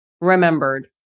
remembered